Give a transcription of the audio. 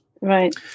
Right